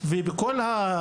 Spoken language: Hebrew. זהו לא הייעוד של כל מי